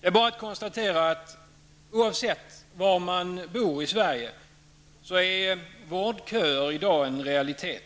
Det är bara att konstatera att oavsett var man bor i Sverige så är vårdköer i dag en realitet.